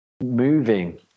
moving